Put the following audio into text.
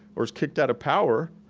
or is kicked out of power,